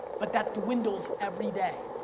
but that dwindles everyday.